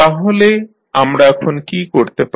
তাহলে আমরা এখন কী করতে পারি